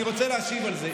אני רוצה להשיב על זה.